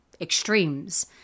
extremes